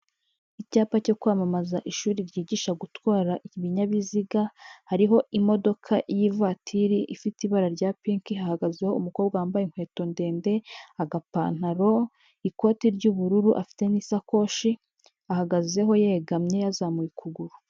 Icyapa cyo kwamamaza ishuri ryigisha gutwara ibinyabiziga, hariho imodoka y'ivatiri ifite ibara rya pinki hagazeho umukobwa wambaye inkweto ndende agapantaro, ikote ry'ubururu, afite n'isakoshi ahagazeho yegamye yazamuye ukuguru.